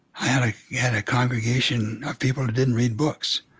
i had i had a congregation of people who didn't read books.